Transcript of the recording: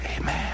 Amen